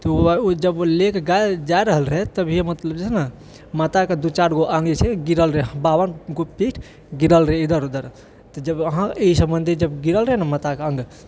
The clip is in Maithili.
जब ओ लएके जा रहल रहए माताके दू चारि गो अङ्ग जे छै ने गिरल रहए बावन गो पीठ गिरल रहए इधर उधर तऽ जब अहाँ ई सम्बन्धी जे गिरल रहए ने माताके अङ्ग